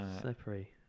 slippery